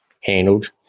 handled